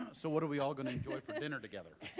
so what are we all going to enjoy for dinner together?